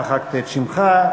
מחקתי את שמך,